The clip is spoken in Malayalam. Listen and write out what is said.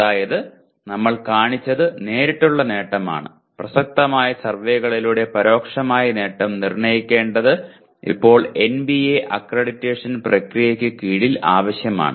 അതായത് നമ്മൾ കാണിച്ചത് നേരിട്ടുള്ള നേട്ടമാണ് പ്രസക്തമായ സർവേകളിലൂടെ പരോക്ഷമായ നേട്ടം നിർണ്ണയിക്കേണ്ടത് ഇപ്പോൾ NBA അക്രഡിറ്റേഷൻ പ്രക്രിയയ്ക്ക് കീഴിൽ ആവശ്യമാണ്